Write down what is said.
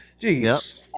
jeez